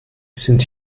sind